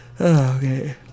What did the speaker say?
Okay